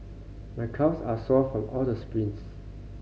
my calves are sore from all the sprints